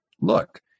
look